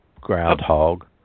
groundhog